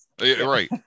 Right